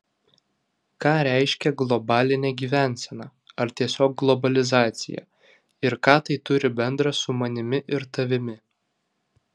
ką reiškia globalinė gyvensena ar tiesiog globalizacija ir ką tai turi bendra su manimi ir tavimi